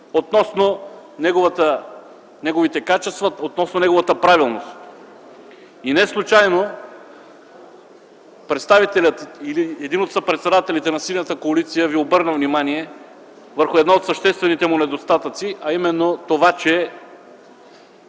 относно неговите качества, относно неговата правилност. И неслучайно представителят или един от съпредседателите на Синята коалиция ви обърна внимание върху едно от съществените му недостатъци, а именно това, че